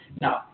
Now